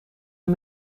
een